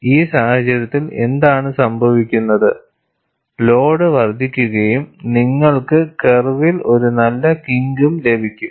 ഈ സാഹചര്യത്തിൽ എന്താണ് സംഭവിക്കുന്നത് ലോഡ് വർദ്ധിക്കുകയും നിങ്ങൾക്ക് കർവിൽ ഒരു നല്ല കിങ്കും ലഭിക്കും